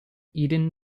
eden